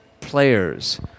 players